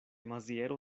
maziero